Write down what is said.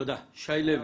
תודה רבה.